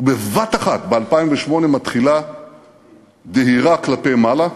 ובבת-אחת ב-2008 מתחילה דהירה כלפי מעלה,